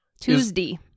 Tuesday